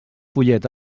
follet